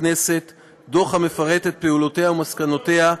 הכנסת דוח המפרט את פעולותיה ומסקנותיה.